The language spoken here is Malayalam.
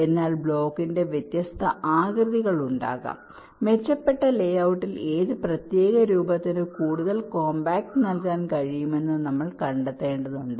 അതിനാൽ ബ്ലോക്കിന്റെ വ്യത്യസ്ത ആകൃതികൾ ഉണ്ടാകാം മെച്ചപ്പെട്ട ലേ ഔട്ടിൽ ഏത് പ്രത്യേക രൂപത്തിന് കൂടുതൽ കോംപാക്റ്റ് നൽകാൻ കഴിയുമെന്ന് നമ്മൾ കണ്ടെത്തേണ്ടതുണ്ട്